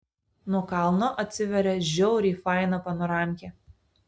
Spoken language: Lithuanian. nuo kalno atsiveria žiauriai faina panoramkė